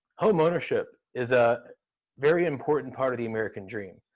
home ownership is a very important part of the american dream.